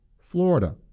Florida